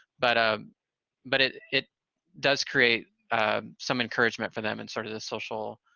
but ah but it it does create some encouragement for them and sort of the social,